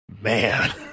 man